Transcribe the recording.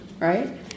Right